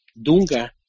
Dunga